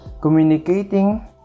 Communicating